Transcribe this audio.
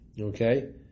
Okay